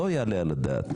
זה לא יעלה על הדעת.